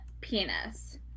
penis